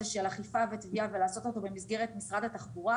של אכיפה ותביעה ולעשות אותו במסגרת משרד התחבורה.